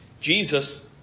Jesus